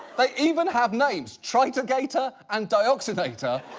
they even have names, tritagator and dioxinator,